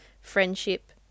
friendship